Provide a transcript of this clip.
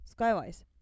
Skywise